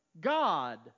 God